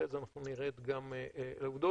אחרי זה אנחנו נרד גם לעובדות.